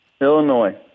Illinois